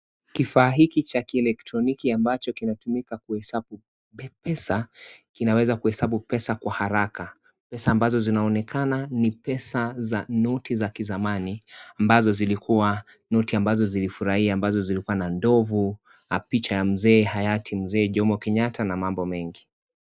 Kifaa hiki cha kielktroniki ambacho kinatumika kuhesabu pesa kinaweza kuhesabu pesa kwa haraka, pesa ambazo zinaonekana ni pesa za noti za kizamani ambazo zilikua noti ambazo zilifurahia ambazo zilikua na ndovu na picha ya Mzee ya hayati Mzee Jomo Kenyatta na mabo mengi.